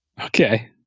Okay